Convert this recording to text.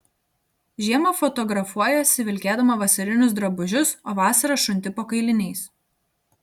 žiemą fotografuojiesi vilkėdama vasarinius drabužius o vasarą šunti po kailiniais